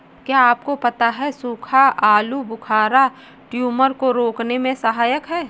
क्या आपको पता है सूखा आलूबुखारा ट्यूमर को रोकने में सहायक है?